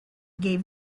gave